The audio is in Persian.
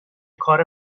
کار